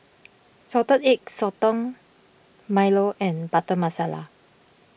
Salted Egg Sotong Milo and Butter Masala